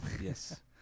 Yes